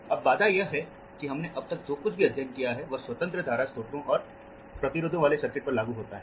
अब बाधा यह है कि हमने अब तक जो कुछ भी अध्ययन किया है वह स्वतंत्र धारा स्रोतों और प्रतिरोधों वाले सर्किट पर लागू होता है